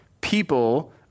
people